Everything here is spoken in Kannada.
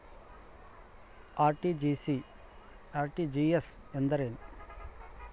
ಆರ್.ಟಿ.ಜಿ.ಎಸ್ ಎಂದರೇನು?